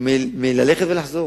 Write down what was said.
שלא יצטרכו ללכת ולחזור.